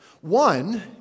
One